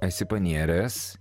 esi panėręs